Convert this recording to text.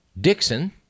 Dixon